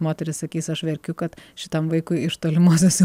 moteris sakys aš verkiu kad šitam vaikui iš toli matosi